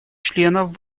членов